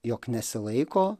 jog nesilaiko